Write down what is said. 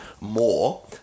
more